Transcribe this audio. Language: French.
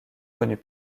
connus